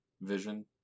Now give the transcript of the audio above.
vision